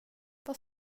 vad